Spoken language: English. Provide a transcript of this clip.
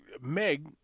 Meg